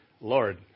Lord